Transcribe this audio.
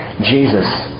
Jesus